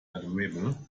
adorable